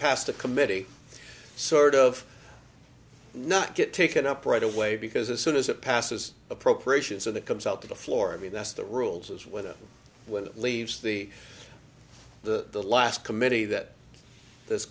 passed a committee sort of not get taken up right away because as soon as it passes appropriations when it comes out to the floor i mean that's the rules as with it when it leaves the the last committee that there's